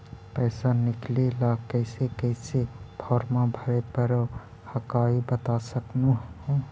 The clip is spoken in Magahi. पैसा निकले ला कैसे कैसे फॉर्मा भरे परो हकाई बता सकनुह?